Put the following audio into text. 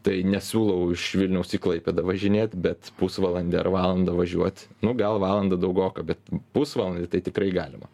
tai nesiūlau iš vilniaus į klaipėdą važinėt bet pusvalandį ar valandą važiuot nu gal valandą daugoka bet pusvalandį tai tikrai galima